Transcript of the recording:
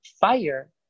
Fire